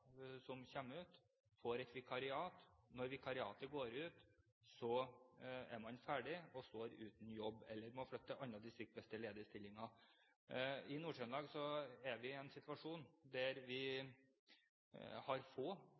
som kommer ut fra Politihøgskolen, får et vikariat. Når vikariatet går ut, er man ferdig og står uten jobb, eller man flytter til andre distrikter hvis det er ledige stillinger der. I Nord-Trøndelag er vi i en situasjon der vi har få